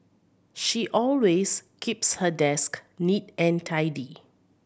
she always keeps her desk neat and tidy